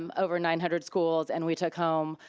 um over nine hundred schools and we took home,